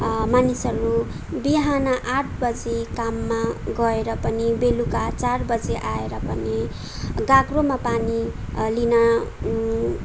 मानिसहरू बिहान आठ बजी काममा गएर पनि बेलुका चार बजी आएर पनि गाग्रोमा पानी लिन